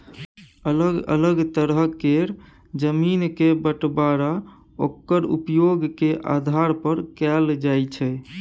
अलग अलग तरह केर जमीन के बंटबांरा ओक्कर उपयोग के आधार पर कएल जाइ छै